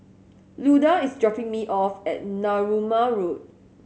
Luda is dropping me off at Narooma Road